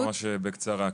בקצרה.